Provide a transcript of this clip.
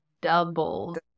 double